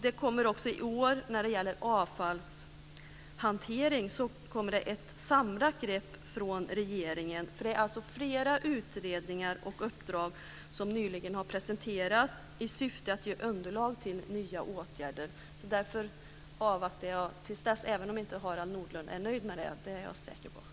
Det kommer i år också ett samlat grepp från regeringen när det gäller avfallshantering. Flera utredningar har nyligen presenterats i syfte att ge underlag för nya åtgärder. Därför avvaktar jag till dess, även om jag är säker på att Harald Nordlund inte är nöjd med det.